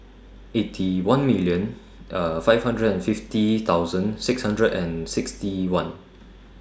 Eighty One million five hundred and fifty thousand six hundred and sixty one